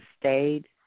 stayed